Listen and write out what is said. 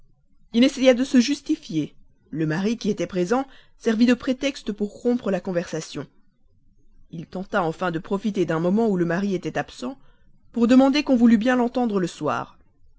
il essaya de se justifier le mari qui était présent servit de prétexte pour rompre la conversation il tenta enfin de profiter d'un moment où le mari était absent pour demander qu'on voulût bien l'entendre le soir